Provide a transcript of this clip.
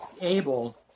able